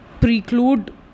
preclude